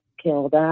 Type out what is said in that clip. killed